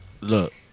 Look